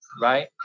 right